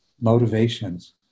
motivations